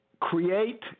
create